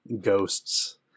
ghosts